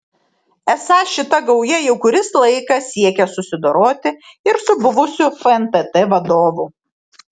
esą šita gauja jau kuris laikas siekia susidoroti ir su buvusiu fntt vadovu